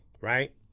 Right